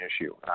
issue